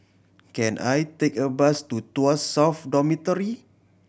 can I take a bus to Tuas South Dormitory